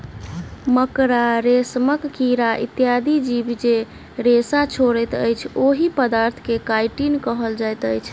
मकड़ा, रेशमक कीड़ा इत्यादि जीव जे रेशा छोड़ैत अछि, ओहि पदार्थ के काइटिन कहल जाइत अछि